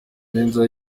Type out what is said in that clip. benzo